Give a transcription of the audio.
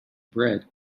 bread